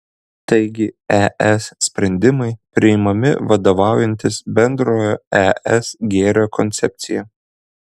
taigi es sprendimai priimami vadovaujantis bendrojo es gėrio koncepcija